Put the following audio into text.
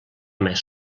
més